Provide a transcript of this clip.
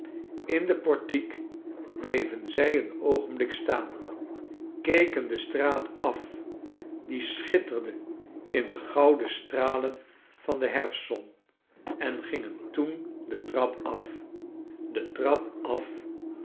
in de portiek blevenizij een oogenblik staan keken de straat af die schitterde in de gouden stralen van de lierfstzon en gingen toen de trap af de trap af